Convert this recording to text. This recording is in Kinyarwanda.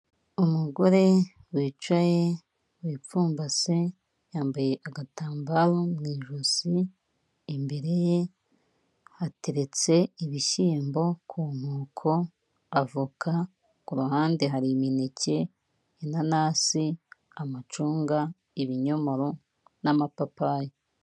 Umugore wicaye wipfumbase yambaye agatambaro mu ijosi, imbere ye hateretse ibishyimbo ku nkoko, avoka, ku ruhande hari imineke, inanasi, amacunga, ibinyomoro n'amapapayi.